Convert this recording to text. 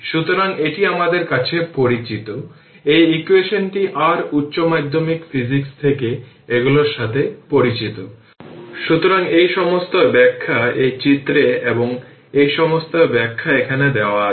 সুতরাং আমরা পরে দেখব কিন্তু ইন্ডাকটর কারেন্ট তাৎক্ষণিকভাবে পরিবর্তন করতে পারে না এমন ধারণার সুবিধা নেওয়ার জন্য এটিকে রেসপন্স হিসাবে বলা হয়